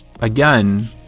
again